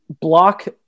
block